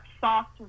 soft